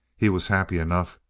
he was happy enough.